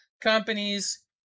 companies